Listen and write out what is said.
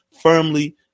firmly